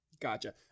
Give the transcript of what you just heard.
Gotcha